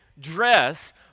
dress